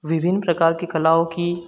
विभिन्न प्रकार की कलाओं की